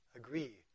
agree